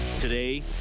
Today